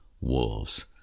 wolves